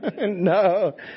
no